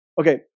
okay